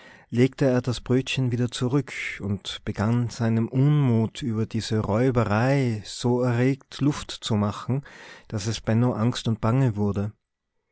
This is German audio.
legte er das brötchen wieder zurück und begann seinem unmut über diese räuwerei so erregt luft zu machen daß es benno angst und bange wurde